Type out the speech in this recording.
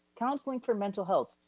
counseling for mental health,